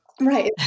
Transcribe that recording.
Right